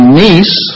niece